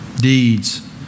deeds